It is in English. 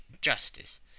justice